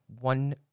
one